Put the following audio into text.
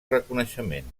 reconeixement